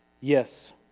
Yes